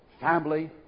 family